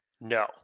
No